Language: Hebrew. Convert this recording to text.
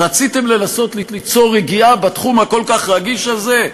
רציתם לנסות ליצור רגיעה בתחום הכל-כך רגיש הזה?